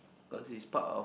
cause it's part of